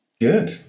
Good